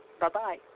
Bye-bye